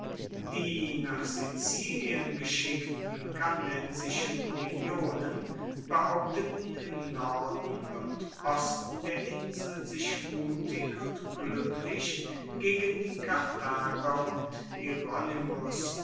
die nach sizilien geschickten cannensischen legionen behaupteten im norden und osten der insel sich mutig und gluecklich gegen die karthager und